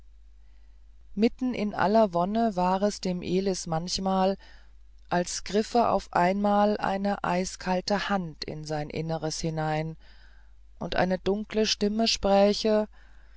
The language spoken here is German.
mitten in aller wonne war es dem elis manchmal als griffe auf einmal eine eiskalte hand in sein inneres hinein und eine dunkle stimme spräche